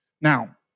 Now